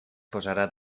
posarà